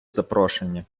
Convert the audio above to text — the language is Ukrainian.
запрошення